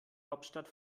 hauptstadt